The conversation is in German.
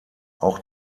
auch